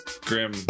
Grim